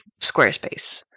Squarespace